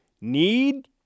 need –